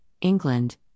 England